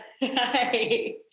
Hi